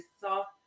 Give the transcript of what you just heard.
soft